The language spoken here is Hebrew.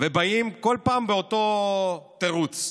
ובאים כל פעם באותו תירוץ: